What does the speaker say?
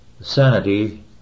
sanity